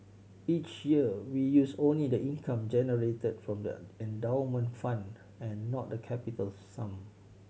each year we use only the income generated from the endowment fund and not the capital sum